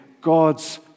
God's